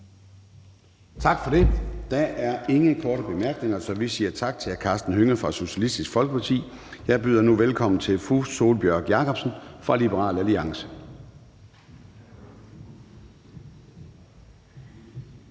Tak for det. Der er ingen korte bemærkninger, så vi siger tak til hr. Karsten Hønge fra Socialistisk Folkeparti. Jeg byder nu velkommen til fru Sólbjørg Jakobsen fra Liberal Alliance.